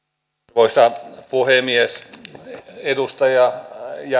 arvoisa puhemies edustaja